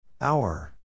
Hour